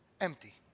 empty